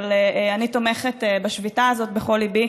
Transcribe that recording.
אבל אני תומכת בשביתה הזאת בכל ליבי.